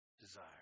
desire